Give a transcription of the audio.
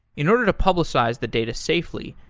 in order to publicize the data safely,